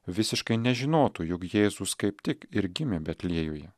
visiškai nežinotų jog jėzus kaip tik ir gimė betliejuje